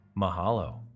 mahalo